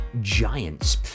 Giants